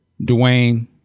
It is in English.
Dwayne